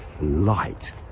light